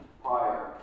Prior